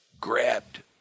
grabbed